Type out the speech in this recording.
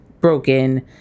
broken